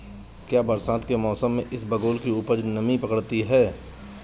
क्या बरसात के मौसम में इसबगोल की उपज नमी पकड़ती है?